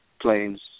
planes